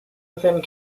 within